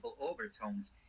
overtones